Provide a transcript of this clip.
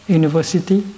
university